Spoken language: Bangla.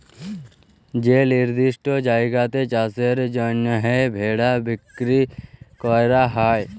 যে লিরদিষ্ট জায়গাতে চাষের জ্যনহে ভেড়া বিক্কিরি ক্যরা হ্যয়